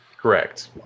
Correct